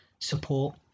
support